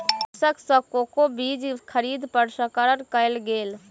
कृषक सॅ कोको बीज खरीद प्रसंस्करण कयल गेल